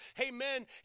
Amen